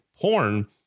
porn